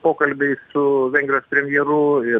pokalbiai su vengrijos premjeru ir